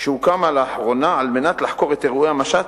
שהוקמה לאחרונה על מנת לחקור את אירועי המשט,